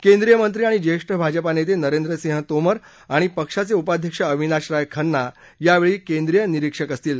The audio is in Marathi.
केंद्रीय मंत्री आणि ज्येष्ठ भाजपा नेते नरेंद्र सिंह तोमर आणि पक्षाचे उपाध्यक्ष अविनाश राय खन्ना यावेळी केंद्रीय निरीक्षक असतील